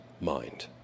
mind